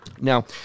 Now